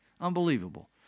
Unbelievable